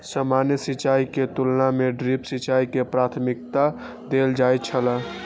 सामान्य सिंचाई के तुलना में ड्रिप सिंचाई के प्राथमिकता देल जाय छला